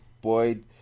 Boyd